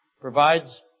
provides